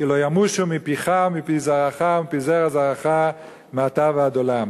כי "לא ימושו מפיך מפי זרעך ומפי זרע זרעך מעתה ועד עולם".